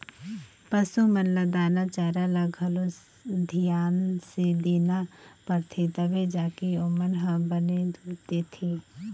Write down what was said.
पसू मन ल दाना चारा ल घलो धियान से देना परथे तभे जाके ओमन ह बने दूद देथे